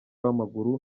w’amaguru